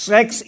Sex